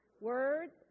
words